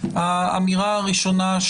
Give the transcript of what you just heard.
האמירה הראשונה,